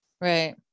right